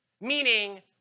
meaning